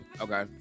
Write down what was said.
Okay